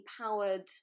powered